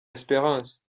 espérance